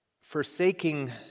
forsaking